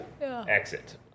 exit